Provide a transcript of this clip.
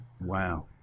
Wow